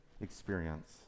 experience